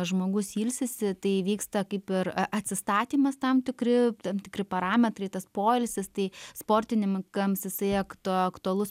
žmogus ilsisi tai vyksta kaip ir atsistatymas tam tikri tam tikri parametrai tas poilsis tai sportininkams jisai aktu aktualus